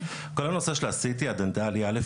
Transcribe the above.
כל הנושא של ה-CT הדנטלי א',